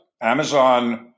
Amazon